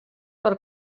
per